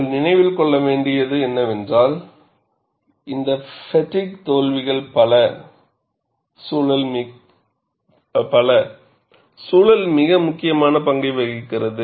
நீங்கள் நினைவில் கொள்ளவேண்டியது என்னவென்றால் இந்த ஃப்பெட்டிக் தோல்விகள் பல சூழல் மிக முக்கியமான பங்கை வகிக்கிறது